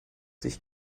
sich